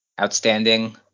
outstanding